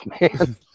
man